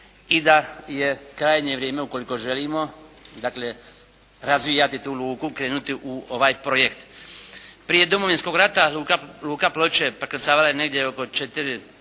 i da je krajnje vrijeme ukoliko želimo dakle razvijati tu luku, krenuti u ovaj projekt. Prije Domovinskog rata Luka Ploče prekrcavala je negdje oko 4